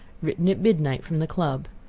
written at midnight from the club.